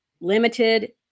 limited